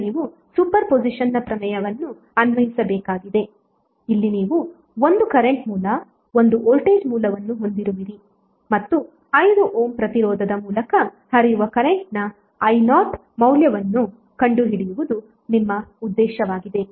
ಈಗ ನೀವು superposition ಪ್ರಮೇಯವನ್ನು ಅನ್ವಯಿಸಬೇಕಾಗಿದೆ ಇಲ್ಲಿ ನೀವು 1 ಕರೆಂಟ್ ಮೂಲ 1 ವೋಲ್ಟೇಜ್ ಮೂಲವನ್ನು ಹೊಂದಿರುವಿರಿ ಮತ್ತು 5 ಓಮ್ ಪ್ರತಿರೋಧದ ಮೂಲಕ ಹರಿಯುವ ಕರೆಂಟ್ನ i0 ಮೌಲ್ಯವನ್ನು ಕಂಡುಹಿಡಿಯುವುದು ನಿಮ್ಮ ಉದ್ದೇಶವಾಗಿದೆ